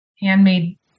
handmade